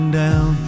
down